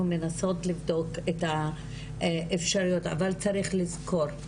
מנסות לבדוק את האפשרויות אבל צריך לזכור,